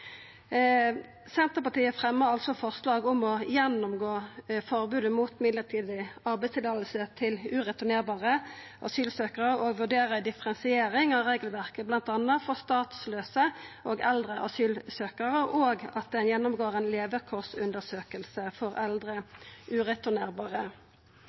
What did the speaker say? forslag om å gå igjennom forbodet mot mellombels arbeidsløyve til ureturnerbare asylsøkjarar og vurdera differensiering av regelverket, bl.a. for statslause og eldre asylsøkjarar, og at ein gjennomgår ei levekårsundersøking for